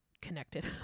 connected